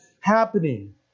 happening